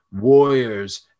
warriors